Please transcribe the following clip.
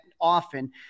often